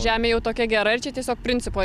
žemė jau tokia gera ar čia tiesiog principo